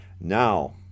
Now